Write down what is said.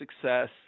success